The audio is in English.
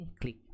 click